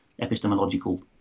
epistemological